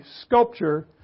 sculpture